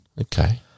Okay